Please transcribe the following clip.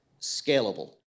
scalable